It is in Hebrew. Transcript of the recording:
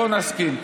בואו נסכים.